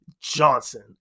Johnson